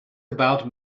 about